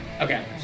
Okay